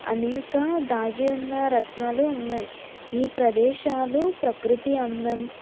అనేక దాగి ఉన్న రత్నాలు ఉన్నాయి ఈ ప్రదేశాలు ప్రకృతి అందం